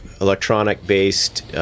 electronic-based